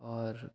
और